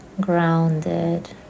grounded